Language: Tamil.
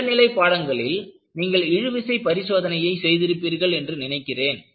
இளநிலை பாடங்களில் நீங்கள் இழுவிசை பரிசோதனையை செய்து இருப்பீர்கள் என்று நினைக்கிறேன்